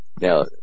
now